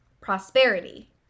Prosperity